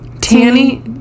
Tanny